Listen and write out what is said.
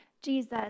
Jesus